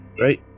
right